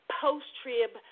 post-trib